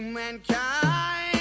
mankind